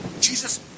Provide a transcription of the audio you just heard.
Jesus